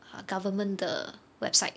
uh government 的 website